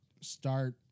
start